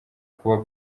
kuba